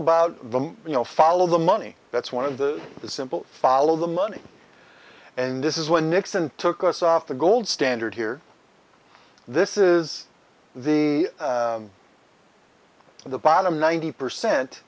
them you know follow the money that's one of the simple follow the money and this is when nixon took us off the gold standard here this is the the bottom ninety percent